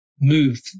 move